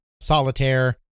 Solitaire